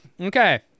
Okay